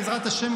בעזרת השם,